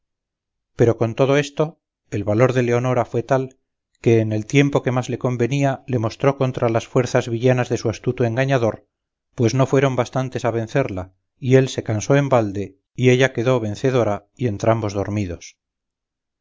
pero con todo esto el valor de leonora fue tal que en el tiempo que más le convenía le mostró contra las fuerzas villanas de su astuto engañador pues no fueron bastantes a vencerla y él se cansó en balde y ella quedó vencedora y entrambos dormidos